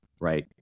right